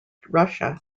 russia